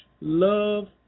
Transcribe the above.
Love